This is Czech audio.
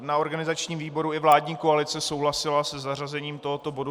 Na organizačním výboru i vládní koalice souhlasila se zařazením tohoto bodu.